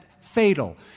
fatal